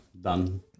done